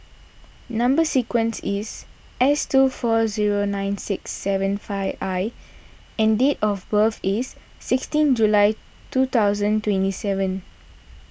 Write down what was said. Number Sequence is S two four zero nine six seven five I and date of birth is sixteen July two thousand twenty seven